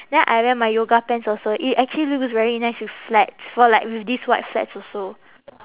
then I wear my yoga pants also it actually looks very nice with flats for like with this white flats also